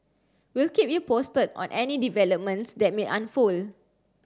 we'll keep you posted on any developments that may unfold